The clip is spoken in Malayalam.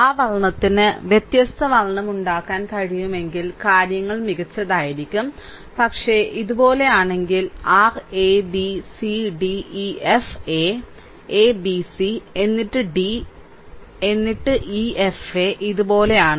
ആ വർണ്ണത്തിന് വ്യത്യസ്ത വർണ്ണമുണ്ടാക്കാൻ കഴിയുമെങ്കിൽ കാര്യങ്ങൾ മികച്ചതായിരിക്കും പക്ഷേ ഇതുപോലെയാണെങ്കിൽ r a b c d e f a a b c എന്നിട്ട് d എന്നിട്ട് e f a ഇതുപോലെയാണ്